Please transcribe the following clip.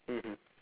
mmhmm